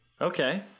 Okay